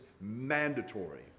mandatory